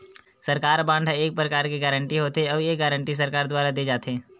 सरकारी बांड ह एक परकार के गारंटी होथे, अउ ये गारंटी सरकार दुवार देय जाथे